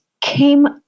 came